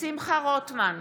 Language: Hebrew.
שמחה רוטמן,